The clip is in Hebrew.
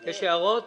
יש הערות?